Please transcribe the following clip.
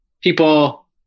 people